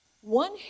one